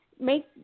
make